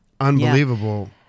unbelievable